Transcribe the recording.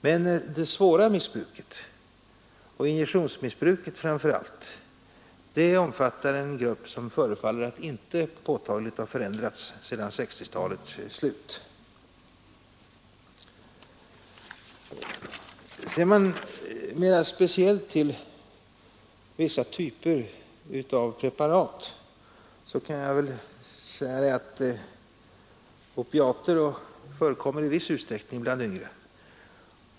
Men det svåra missbruket, framför allt injektionsmissbruket, omfattar en grupp som förefaller att inte påtagligt ha förändrats sedan 1960-talets slut. Ser man mera speciellt till vissa grupper av preparat kan jag väl säga det att opiater förekommer i viss utsträckning bland yngre.